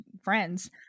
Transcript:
friends